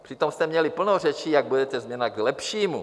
Přitom jste měli plno řečí, jak budete změna k lepšímu.